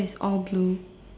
another chair is all blue